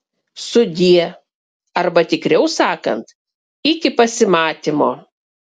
sudie arba tikriau sakant iki pasimatymo